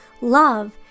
love